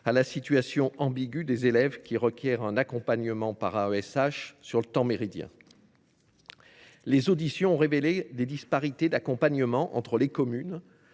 à la situation ambiguë des élèves requérant un accompagnement par AESH sur le temps méridien. Les auditions ont révélé des disparités d’accompagnement – entre les communes